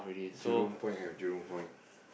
Jurong-Point have Jurong-Point